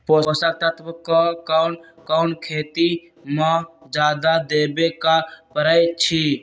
पोषक तत्व क कौन कौन खेती म जादा देवे क परईछी?